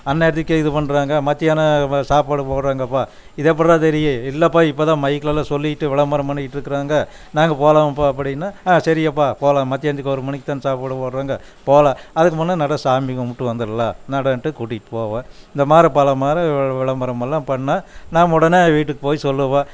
அந்தநேரத்துக்கே இது பண்ணுறாங்க மத்தியானம் வ சாப்பாடு போடுகிறாங்கப்பா இது எப்புடுறா தெரியும் இல்லைப்பா இப்போ தான் மைக்லலாம் சொல்லிவிட்டு விளம்பரம் பண்ணிகிட்டுருக்காங்க நாங்கள் போகலாம் அப்பா அப்படின்னா ஆ சரிங்க அப்பா போகலாம் மத்தியானத்துக்கு ஒரு மணிக்குத்தான் சாப்பாடு போடுகிறாங்க போகலாம் அதற்கு முன்னே நட சாமி கும்பிட்டு வந்துர்லாம் நடன்ட்டு கூட்டியிட்டு போவேன் இந்தமாரி பலமாரி விள் விளம்பரம் எல்லாம் பண்ணா நாம் உடனே வீட்டுக் போய் சொல்லுவேன்